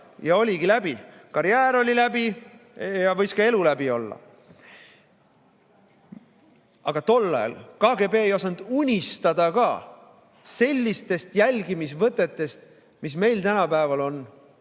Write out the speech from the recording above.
ja oligi läbi, karjäär oli läbi ja võis ka elu läbi olla. Aga tol ajal KGB ei osanud unistada ka sellistest jälgimisvõtetest, mis meil tänapäeval on